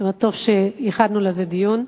טוב שייחדנו לזה דיון,